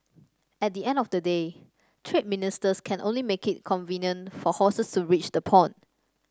at the end of the day trade ministers can only make it convenient for horses to reach the pond